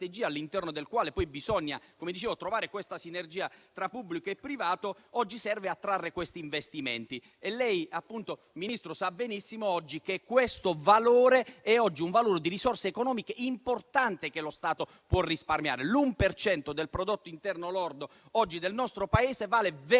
all'interno delle quali bisogna poi trovare questa sinergia tra pubblico e privato, serve attrarre questi investimenti. Lei, Ministro, sa benissimo che questo valore è oggi un valore di risorse economiche importanti che lo Stato può risparmiare. L'uno per cento del prodotto interno lordo oggi del nostro Paese vale 20